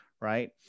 right